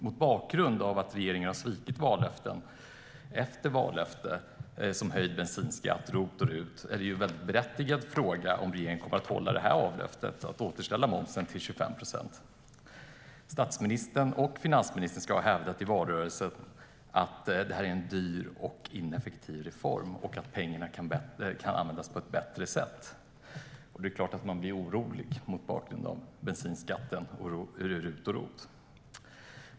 Mot bakgrund av att regeringen har svikit vallöfte efter vallöfte, såsom höjd bensinskatt och ROT och RUT, är det en berättigad fråga om regeringen kommer att hålla vallöftet att återställa momsen till 25 procent. Statsministern och finansministern ska ha hävdat i valrörelsen att det är en dyr och ineffektiv reform och att pengarna kan användas på ett bättre sätt. Det är klart att jag blir orolig mot bakgrund av bensinskatten och RUT och ROT.